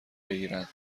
بگیرند